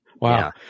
Wow